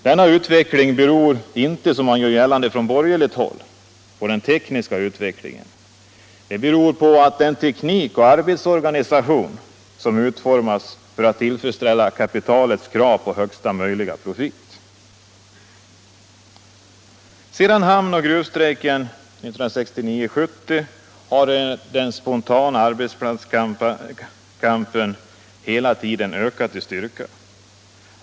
Denna utveckling beror inte, som man gör gällande från borgerligt håll, på den tekniska utvecklingen, utan den beror på att teknik och arbetsorganisation utformas för att tillfredsställa kapitalets krav på högsta möjligt profit. Sedan hamnoch gruvstrejkerna 1969-1970 har den spontana arbetsplatskampen hela tiden ökat i styrka.